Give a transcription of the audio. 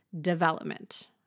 development